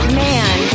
man